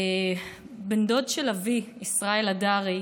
בן דוד של אבי, ישראל הדרי,